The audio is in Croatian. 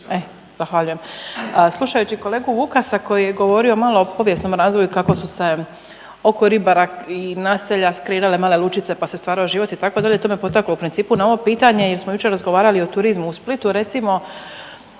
Zahvaljujem. Slušajući kolegu Vukasa koji je govorio malo povijesnom razvoju kako su se oko ribara i naselja skreirale male lučice pa se stvarao život itd. to me potaklo u principu na ovo pitanje jer smo jučer razgovarali o turizmu u Splitu, recimo